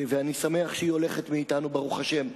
ואני שמח שהיא הולכת מאתנו, ברוך השם,